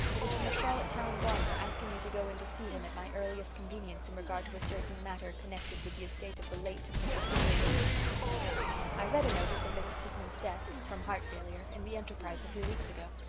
it is from a charlottetown lawyer, asking me to go in to see him at my earliest convenience in regard to a certain matter connected with the estate of the late mrs. matilda pitman i read a notice of mrs. pitman's death from heart failure in the enterprise a few weeks ago.